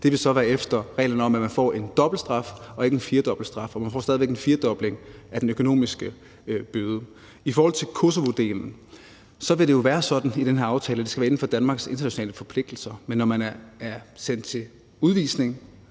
det så være efter reglen om, at man får en dobbelt straf og ikke en firedoblet straf – for man får stadig væk en firedobling af bøden. I forhold til Kosovodelen vil det jo være sådan i den her aftale, at det skal være inden for Danmarks internationale forpligtelser, men når man er dømt til udvisning,